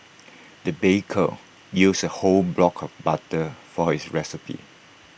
the baker used A whole block of butter for this recipe